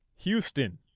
Houston